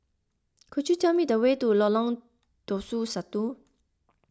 could you tell me the way to Lolong Tusa Satu